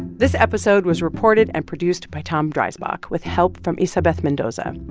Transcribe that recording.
this episode was reported and produced by tom dreisbach with help from isabeth mendoza.